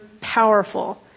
powerful